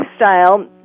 lifestyle